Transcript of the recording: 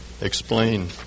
explain